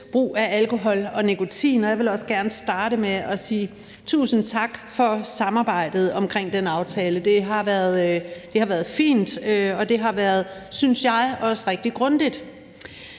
har lavet, og jeg vil også gerne starte med at sige tusind tak for samarbejdet omkring den aftale. Det har, synes jeg, været fint, og det har også været rigtig grundigt.